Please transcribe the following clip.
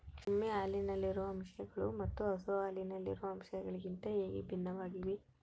ಎಮ್ಮೆ ಹಾಲಿನಲ್ಲಿರುವ ಅಂಶಗಳು ಮತ್ತು ಹಸು ಹಾಲಿನಲ್ಲಿರುವ ಅಂಶಗಳಿಗಿಂತ ಹೇಗೆ ಭಿನ್ನವಾಗಿವೆ?